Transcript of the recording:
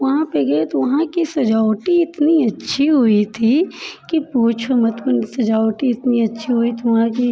वहाँ पे गए तो वहाँ की सजावटी इतनी अच्छी हुई थी कि पूछो मत सजावट ही इतनी अच्छी हुई थी वहाँ की